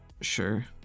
Sure